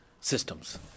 systems